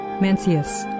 Mencius